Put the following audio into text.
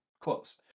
close